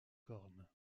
corne